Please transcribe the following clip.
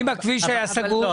אבל אם הכביש היה סגור?